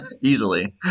Easily